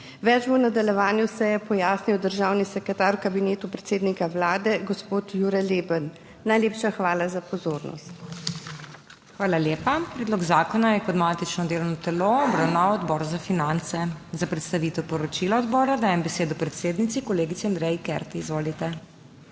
Več bo v nadaljevanju seje pojasnil državni sekretar v kabinetu predsednika Vlade, gospod Jure Leben. Najlepša hvala za pozornost. PODPREDSEDNICA MAG. MEIRA HOT: Hvala lepa. Predlog zakona je kot matično delovno telo obravnaval Odbor za finance. Za predstavitev poročila odbora dajem besedo predsednici, kolegici Andreji Kert. Izvolite.